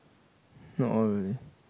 not all really